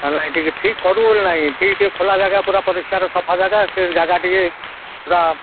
ନାଇଁ ଟିକେ ଠିକ୍ କରିବୁ ବୋଲି ନାଇଁ ଠିକ୍ ଟିକେ ଖୋଲା ଜାଗା ପୁରା ପରିଷ୍କାର ସଫା ଜାଗା ସେ ଜାଗା ଟିକେ ପୁରା